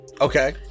Okay